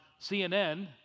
CNN